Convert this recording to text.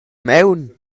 maun